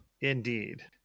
Indeed